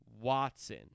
Watson